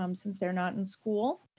um since they're not in school.